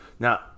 Now